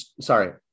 sorry